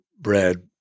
bread